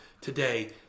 today